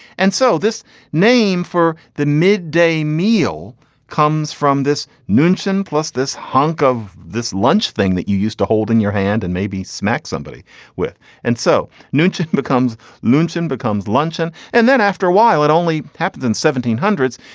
and so this name for the midday meal comes from this new kitchen plus this hunk of this lunch thing that you used to hold in your hand and maybe smack somebody with and so nutrient becomes lonesome becomes luncheon. and then after a while it only happens in seventeen hundreds.